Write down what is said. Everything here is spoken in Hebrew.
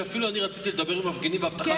אפילו אני רציתי לדבר עם מפגינים והאבטחה